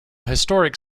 historic